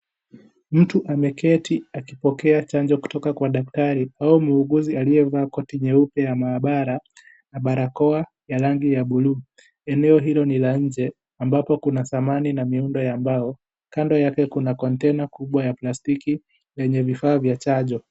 Mtu ameketi akipokea chanjo kutoka kwa daktari au muuguzi aliyevaa koti nyeupe ya maabara na barakoa ya rangi ya buluu. Eneo hilo ni la nje ambapo kuna samani an miumbe ya mbao. Kando yake kuna kontena kubwa ya plastiki yenye vifaa vya chanjo.